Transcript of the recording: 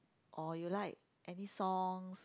or you like any songs